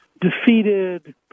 defeated